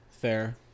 Fair